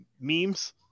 memes